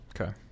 Okay